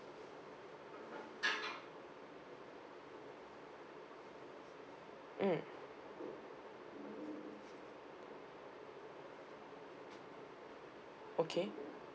mm okay